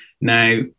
Now